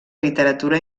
literatura